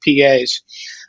PAs